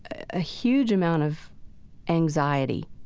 a huge amount of anxiety.